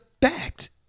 fact